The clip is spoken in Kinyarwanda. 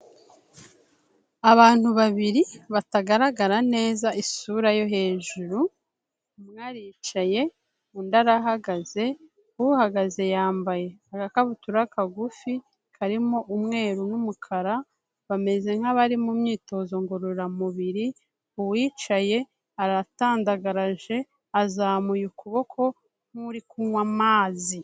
Abantu babiri batagaragara neza isura yo hejuru, umwe aricaye undi arahagaze. Uhagaze yambaye agakabutura kagufi, karimo umweru n'umukara, bameze nk'abari mu myitozo ngororamubiri, uwicaye aratandagaraje azamuye ukuboko nk'uri kunywa amazi.